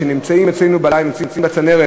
שנמצאים אצלנו בצנרת,